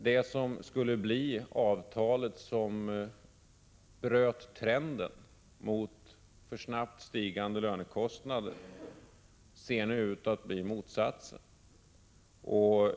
Det som skulle bli avtalet som bröt trenden mot för snabbt stigande lönekostnader ser nu ut att bli motsatsen.